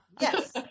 Yes